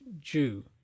Jew